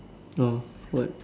no what